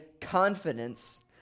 confidence